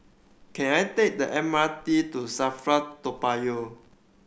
can I take the M R T to SAFRA Toa Payoh